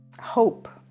Hope